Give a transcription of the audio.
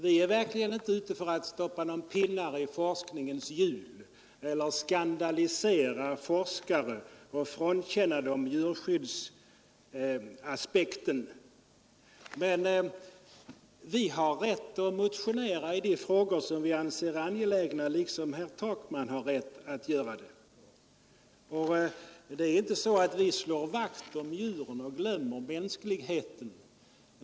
Vi är verkligen inte ute efter att ”stoppa några käppar i forskningens hjul” eller ”skandalisera forskare” och ”frånkänna dem djurskyddsaspekten”. Vi har rätt att motionera i de frågor vi anser angelägna liksom herr Takman har rätt att göra det. Vi slår inte vakt om djuren och därvid glömmer mänskligheten.